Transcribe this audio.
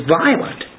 violent